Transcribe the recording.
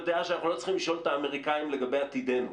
בדעה שאנחנו לא צריכים לשאול את האמריקנים לגבי עתידנו,